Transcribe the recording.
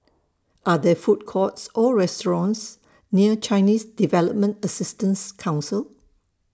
Are There Food Courts Or restaurants near Chinese Development Assistance Council